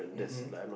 mmhmm